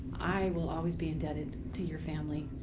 i will always be indebted to your family.